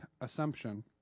assumption